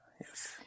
Yes